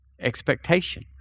Expectation